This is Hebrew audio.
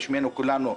ובשם כולנו אני מאחל לו